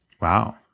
Wow